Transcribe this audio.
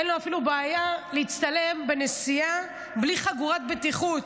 אין לו אפילו בעיה להצטלם בנסיעה בלי חגורת בטיחות.